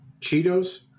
Cheetos